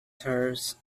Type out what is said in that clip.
tours